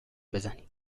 بزنی